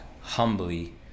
humbly